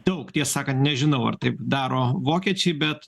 daug tiesą sakant nežinau ar taip daro vokiečiai bet